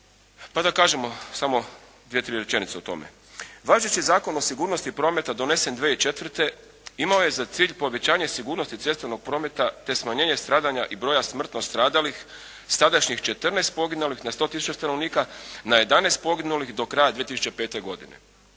Pa da kažemo samo dvije, tri rečenice o tome. Važeći Zakon o sigurnosti prometa donesen 2004. imao je za cilj povećanje sigurnosti cestovnog prometa, te smanjenje stradanja i broja smrtno stradalih sadašnjih 14 poginulih na 100000 stanovnika na 11 poginulih do kraja 2005. godine.